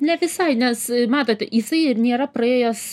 ne visai nes matote jisai ir nėra praėjęs